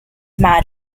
mad